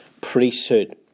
priesthood